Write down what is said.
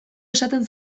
esaten